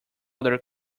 other